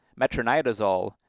metronidazole